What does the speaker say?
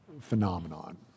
phenomenon